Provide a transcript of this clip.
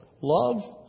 Love